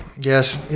yes